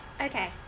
Okay